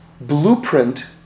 blueprint